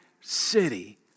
city